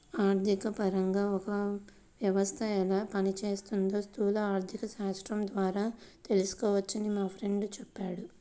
ఆర్థికపరంగా ఒక వ్యవస్థ ఎలా పనిచేస్తోందో స్థూల ఆర్థికశాస్త్రం ద్వారా తెలుసుకోవచ్చని మా ఫ్రెండు చెప్పాడు